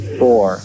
four